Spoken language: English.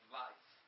life